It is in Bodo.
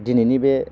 दिनैनि बे